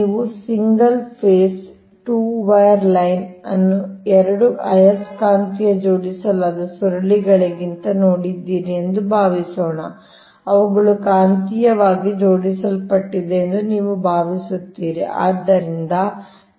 ನೀವು single phase 2 wire line ಅನ್ನು ಎರಡು ಆಯಸ್ಕಾಂತೀಯವಾಗಿ ಜೋಡಿಸಲಾದ ಸುರುಳಿಗಳಂತೆ ನೋಡಿದ್ದೀರಿ ಎಂದು ಭಾವಿಸೋಣ ಅವುಗಳು ಕಾಂತೀಯವಾಗಿ ಜೋಡಿಸಲ್ಪಟ್ಟಿವೆ ಎಂದು ನೀವು ಭಾವಿಸುತ್ತೀರಿ